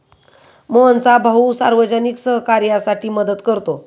मोहनचा भाऊ सार्वजनिक सहकार्यासाठी मदत करतो